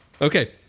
Okay